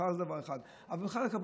שכר זה דבר אחד אבל בכלל הכבוד.